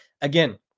Again